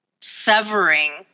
severing